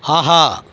ஆஹா